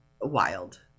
wild